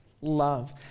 love